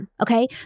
okay